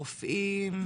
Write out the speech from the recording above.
רופאים?